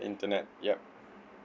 internet yup